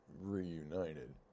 reunited